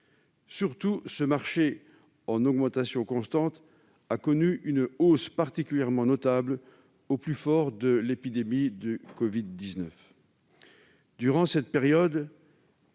Surtout, ce marché, en augmentation constante, a connu une hausse particulièrement notable au plus fort de l'épidémie de covid-19. Durant cette période,